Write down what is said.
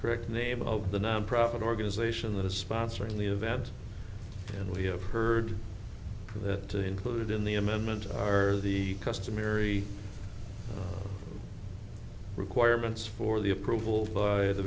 correct name of the nonprofit organization that is sponsoring the event and we have heard that to include in the amendment are the customary requirements for the approval of the